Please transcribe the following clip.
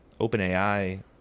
OpenAI